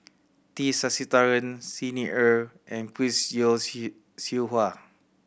T Sasitharan Xi Ni Er and Chris Yeo Siew Hua